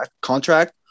contract